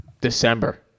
December